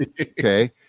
okay